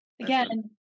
again